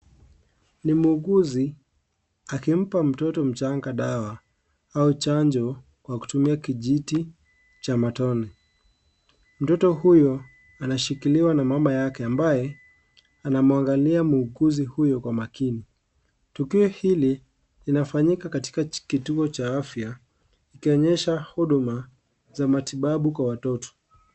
Mi muuguzi akimpa mtoto mchanga dawa au chanjo kwa kutumia kijiti cha matone mtoto huyo anashikiliwa na mama yake ambaye anamwangalia muuguzi huyo kwa makini tukio hili inafanyika katika kituo cha afya ikionyesha huduma za matibabu kwa watoto.